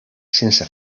sense